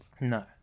No